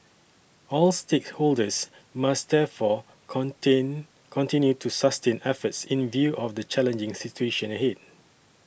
all stakeholders must therefore contain continue to sustain efforts in view of the challenging situation ahead